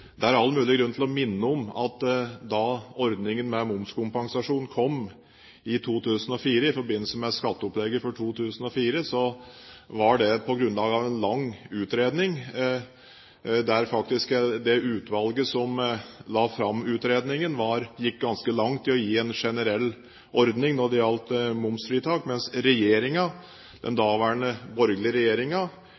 Det er all mulig grunn til å minne om at da ordningen med momskompensasjon kom i 2004, i forbindelse med skatteopplegget for 2004, var det på grunnlag av en lang utredning. Det utvalget som la fram utredningen, gikk ganske langt i å gi en generell ordning når det gjaldt momsfritak, mens den